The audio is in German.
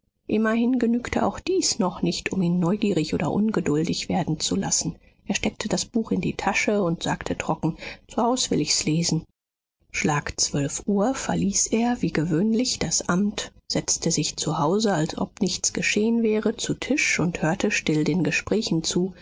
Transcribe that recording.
immerhin genügte auch dies noch nicht um ihn neugierig oder ungeduldig werden zu lassen er steckte das buch in die tasche und sagte trocken zu hause will ich's lesen schlag zwölf uhr verließ er wie gewöhnlich das amt setzte sich zu hause als ob nichts geschehen wäre zu tisch und hörte still den gesprächen zu